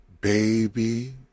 baby